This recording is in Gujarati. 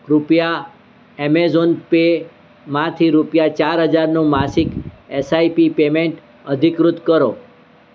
કૃપયા એમેઝોન પેમાંથી રૂપિયા ચાર હજારનું માસિક એસઆઈપી પેમેંટ અધિકૃત કરો